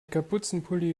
kapuzenpulli